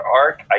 arc